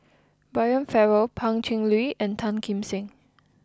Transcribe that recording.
Brian Farrell Pan Cheng Lui and Tan Kim Seng